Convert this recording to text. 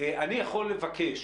אני יכול לבקש